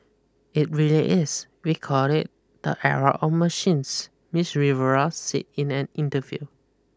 it really is we call it the era of machines Miss Rivera said in an interview